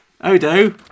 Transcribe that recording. Odo